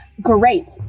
Great